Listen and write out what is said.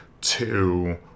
two